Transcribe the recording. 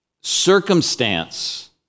circumstance